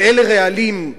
ואלה רעלים,